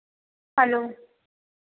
hello